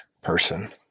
person